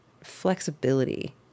Flexibility